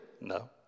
No